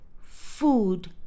food